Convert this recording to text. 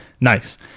nice